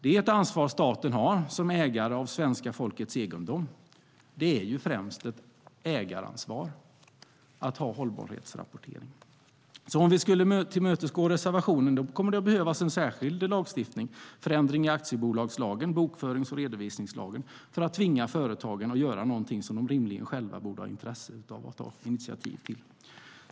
Det är ett ansvar som staten har som ägare av svenska folkets egendom. Det är ju främst ett ägaransvar att ha hållbarhetsrapportering. Om vi skulle tillmötesgå reservationen kommer det att behövas särskild lagstiftning, förändring i aktiebolagslagen, i bokförings och redovisningslagen, för att tvinga företagen att göra något som de rimligen själva borde ha ett intresse att ta initiativ till.